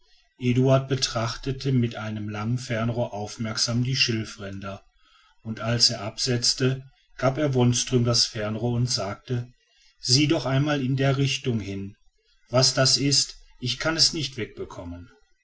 eduard betrachtete mit einem langen fernrohr aufmerksam die schilfränder und als er absetzte gab er wonström das fernrohr und sagte sieh doch einmal in der richtung hin was das ist ich kann es nicht wegbekommen